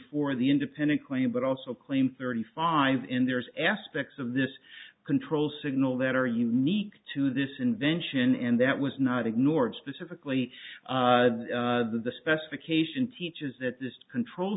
four the independent claim but also claim thirty five in there's aspects of this control signal that are unique to this invention and that was not ignored specifically the specification teaches that this control